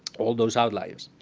all those outliers.